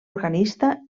organista